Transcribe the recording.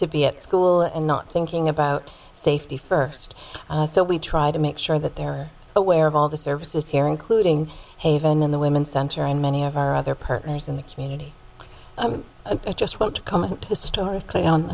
to be at school and not thinking about safety first so we try to make sure that they're aware of all the services here including haven in the women's center and many of our other partners in the community i'm just want to comment historically